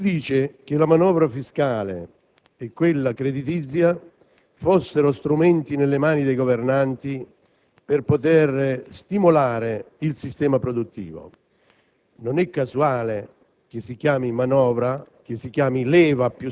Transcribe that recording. Le motivazioni sono le seguenti. Si dice che la manovra fiscale e quella creditizia fossero strumenti nelle mani dei governanti per poter stimolare il sistema produttivo.